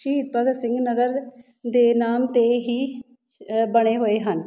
ਸ਼ਹੀਦ ਭਗਤ ਸਿੰਘ ਨਗਰ ਦੇ ਨਾਮ 'ਤੇ ਹੀ ਸ ਬਣੇ ਹੋਏ ਹਨ